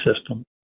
system